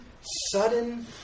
sudden